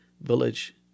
village